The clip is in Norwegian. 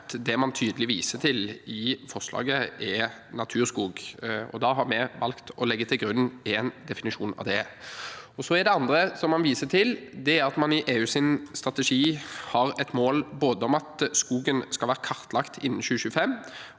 at det man tydelig viser til i forslaget, er naturskog. Da har vi valgt å legge til grunn én definisjon av det. Det andre man viser til, er at man i EUs strategi har et mål om at skogen skal være både kartlagt innen 2025